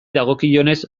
dagokionez